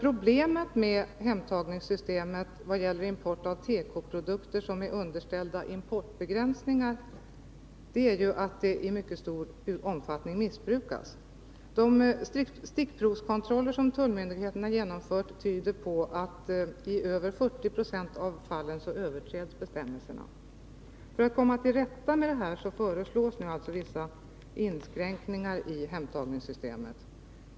Problemet med hemtagningssystemet, beträffande importen av de tekoprodukter för vilka importbegränsning gäller, är att systemet i mycket stor utsträckning missbrukas. De stickprovskontroller som tullmyndigheterna genomfört tyder på att bestämmelserna i över 40 96 av fallen överträds. För att komma till rätta med detta föreslås nu vissa inskränkningar i hemtagningssystemet.